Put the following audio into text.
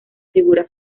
figura